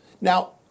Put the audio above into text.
Now